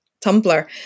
Tumblr